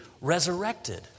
resurrected